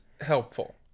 helpful